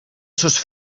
sos